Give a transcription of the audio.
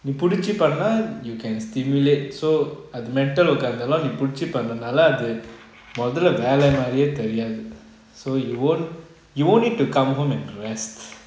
நீ பிடிச்சி பண்ண:nee pidichi panna you can stimulate so அது:athu mental work eh இருந்தாலும் நீ பிடிச்சி பண்றது நாலா அது மோதலை வேலை மாறியே தெரியாது:irunthaalum nee pidichi panrathu naala athu mothala velai maariyae teriyathu so you won't you won't need to come home and rest